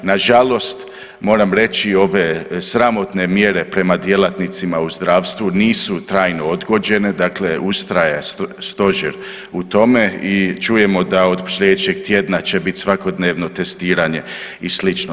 Nažalost moram reći ove sramotne mjere prema djelatnicima u zdravstvu nisu trajno odgođene, dakle ustraje stožer u tome i čujemo da od slijedećeg tjedna će bit svakodnevno testiranje i slično.